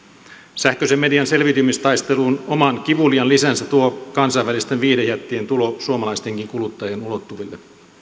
sähköisen median selviytymistaisteluun oman kivuliaan lisänsä tuo kansainvälisten viihdejättien tulo suomalaistenkin kuluttajien ulottuville